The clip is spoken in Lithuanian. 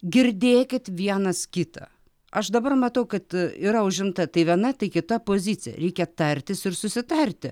girdėkit vienas kitą aš dabar matau kad yra užimta tai viena tai kita pozicija reikia tartis ir susitarti